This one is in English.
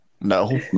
no